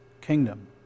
kingdom